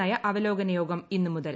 നയ അവലോകന യോഗം ഇന്നു മുതൽ